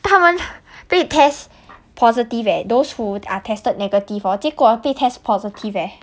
他们被 test positive eh those who are tested negative orh 结果被 test positive eh